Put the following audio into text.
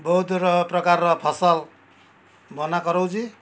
ବହୁତୁ ର ପ୍ରକାରର ଫସଲ ବନା କରାଉଛି